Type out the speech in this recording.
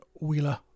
Wheeler